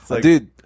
dude